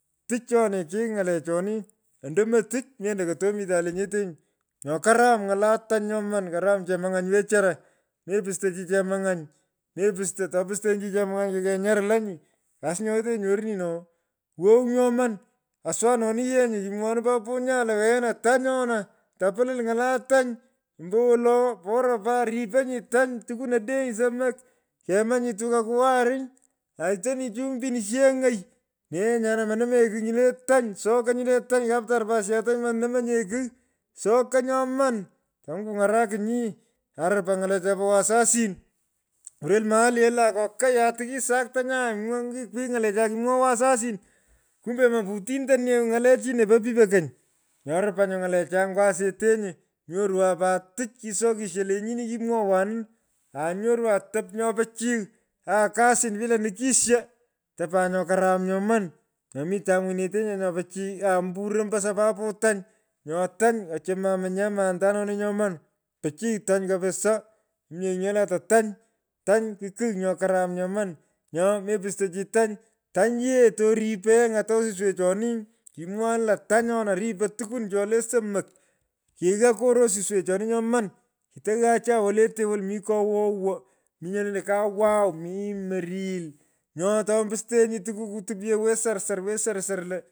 Tich. choni kigh ng’alechoni. ondomo tich endo kotomitan lenyetenyi. Nyo karam ny’ala tany nyoman. karam chemuny’any wechara. mepusto chi chemany’any. mepusto. atopustenyi chi chamang’any kukenyarlanyi. Kasi nyo wetenyi nyorni no. wow nyoman. Aswanoni yee kimwowanin papanyan lo. wena tany oo. tapili ny’ala tany. ombowolo. bora pat riponyi tany. tukwan odeny somok. kemonyi tukakuu wariny. aitoni chumbi sheny’ei. nee nyana. monomonye kigin nyile tany. sokoy nyile tany. kaptarapasha tany monomenye kigh. Sokoy nyoman tokunywun kuny’arakinyi. Arupan ny’alecha po wasasin. Kurel mahali. olan kokai ati kisak tanyai ngwi kwigh nyalechi kimwoi wasasin. Kumbe mo putintan nye ny’alechino po pipo kony. nyo arupan nyu ny’alechai nyo asetenyi. onyorwan pat tich kisokisho lenyini kimwoghwanin. Aa nyrwan otop nyo pichiy. aghan kasin pila nukisho. Otopan nyo karum nyoman. Nyo mitan nywunyineteny nyo pichiy aa mburon ombo sababu tany. Nyo tany. ochoman mnyamayantanoni nyoman. pichiy tany kapisa. mominye kigh nyo lata tany. Tany ku kigh nyo karam nyoman nyo mepusto chi tany. Tany yee toripon yee ng’ata osiwechoni. kimwowanin lo tany ana ripo tukwon chole somok. kighaa koro osiswechoni nyoman. Kito ghaa acha walete wol. mi kowowo. mi nyo lentei kawaw. mi moril. nyo to pustenyi tukukuu topyo lo we sarsar we sarsar le.